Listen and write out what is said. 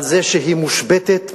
על זה שהיא מושבתת,